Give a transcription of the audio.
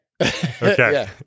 Okay